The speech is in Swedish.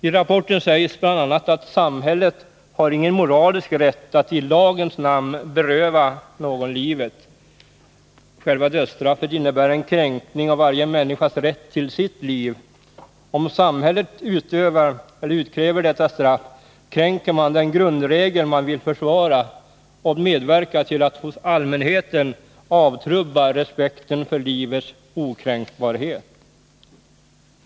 I rapporten sägs bl.a. att samhället inte har moralisk rätt att i lagens namn beröva någon livet. Själva dödsstraffet innebär en kränkning av varje människas rätt till sitt liv. Om samhället utkräver detta straff kränker man den grundregel man vill försvara och medverkar till att hos allmänheten avtrubba respekten för livets okränkbarhet.